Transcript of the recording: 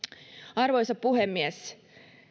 arvoisa puhemies